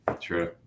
True